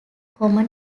common